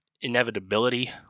inevitability